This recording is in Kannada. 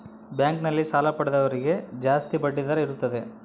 ಬ್ಯಾಂಕ್ ನಲ್ಲಿ ಸಾಲ ಪಡೆದವರಿಗೆ ಜಾಸ್ತಿ ಬಡ್ಡಿ ದರ ಇರುತ್ತದೆ